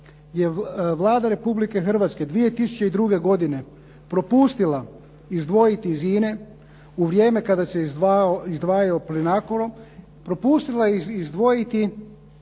je Vlada Republike Hrvatske 2002. godine propustila izdvojiti iz INA-e u vrijeme kada se izdvajao Plinacro propustila je izdvojiti